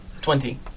Twenty